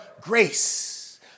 grace